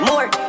More